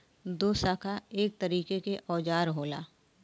दोशाखा एक तरीके के औजार होला